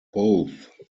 both